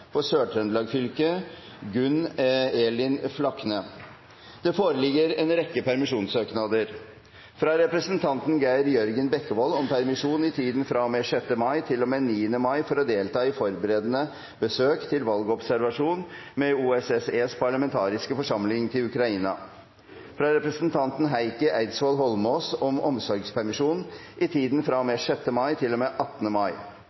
For Sør-Trøndelag fylke: Gunn Elin Flakne Det foreligger en rekke permisjonssøknader: fra representanten Geir Jørgen Bekkevold om permisjon i tiden fra og med 6. mai til og med 9. mai for å delta i forberedende besøk til valgobservasjon med OSSEs parlamentariske forsamling til Ukraina fra representanten Heikki Eidsvoll Holmås om omsorgspermisjon i tiden fra og med 6. mai